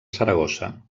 saragossa